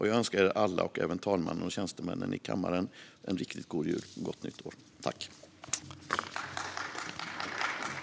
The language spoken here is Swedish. Jag önskar er alla och även talmannen och tjänstemännen i kammaren en riktigt god jul och ett gott nytt år.